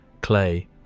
clay